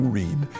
read